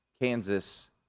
Kansas